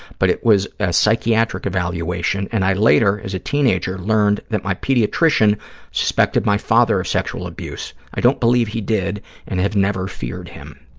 but it was a psychiatric evaluation, and i later, as a teenager, learned that my pediatrician suspected my father of sexual abuse. i don't believe he did and have never feared him.